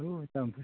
आयौ दाम